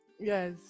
yes